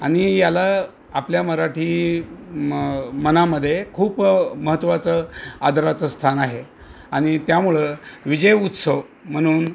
आणि याला आपल्या मराठी म मनामध्ये खूप महत्त्वाचं आदराचं स्थान आहे आणि त्यामुळं विजय उत्सव म्हणून